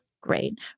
great